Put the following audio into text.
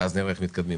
ואז נראה איך מתקדמים.